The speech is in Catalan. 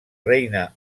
reina